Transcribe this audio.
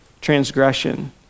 transgression